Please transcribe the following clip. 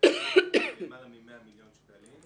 תוספת של למעלה מ-100 מיליון שקלים.